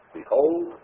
Behold